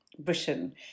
Britain